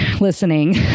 listening